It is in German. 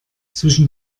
zwischen